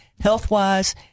health-wise